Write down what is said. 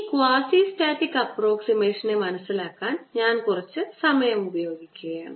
ഈ ക്വാസിസ്റ്റാറ്റിക് അപ്പ്രൊക്സിമേഷനെ മനസ്സിലാക്കാൻ ഞാൻ കുറച്ച് സമയം ഉപയോഗിക്കുകയാണ്